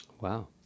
Wow